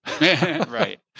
Right